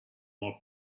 more